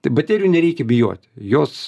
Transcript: tai baterijų nereikia bijoti jos